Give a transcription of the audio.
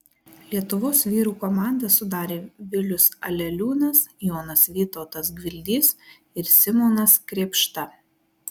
lietuvos vyrų komandą sudarė vilius aleliūnas jonas vytautas gvildys ir simonas krėpšta